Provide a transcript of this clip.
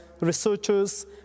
researchers